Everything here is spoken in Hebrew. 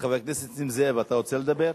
חבר הכנסת נסים זאב, אתה רוצה לדבר?